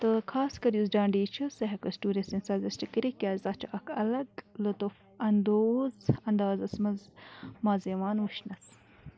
تہٕ خاص کر یُس ڑانڑی چھُ سُہ ہیٚکو أسۍ ٹیورِسٹن سَجَسٹ کٔرِتھ کیازِ تتھ چھُ اکھ الگ لُطف اندوز اندازس منٛز مَزٕ یوان وٕچھنہ